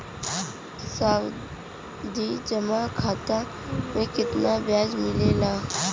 सावधि जमा खाता मे कितना ब्याज मिले ला?